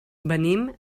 venim